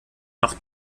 noch